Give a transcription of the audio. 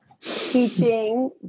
teaching